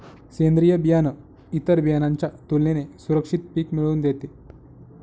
सेंद्रीय बियाणं इतर बियाणांच्या तुलनेने सुरक्षित पिक मिळवून देते